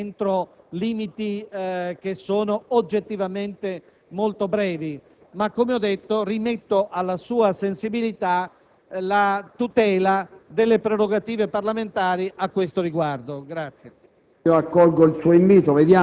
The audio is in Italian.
dell'esame parlamentare entro limiti oggettivamente molto ridotti. Ma, come ho detto, rimetto alla sua sensibilità la tutela delle prerogative parlamentari a questo riguardo.